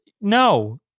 No